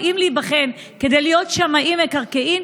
הם באים להיבחן כדי להיות שמאי מקרקעין,